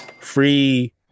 Free